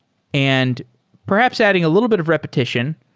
and perhaps adding a little bit of repetition,